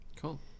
Cool